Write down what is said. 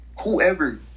whoever